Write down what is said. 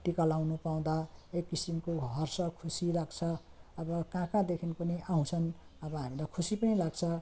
टिका लगाउनु पाउँदा एक किसिमको हर्ष खुसी लाग्छ अब कहाँ कहाँदेखि पनि आउँछन् अब हामीलाई खुसी पनि लाग्छ